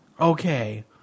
okay